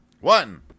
One